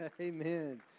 Amen